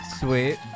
Sweet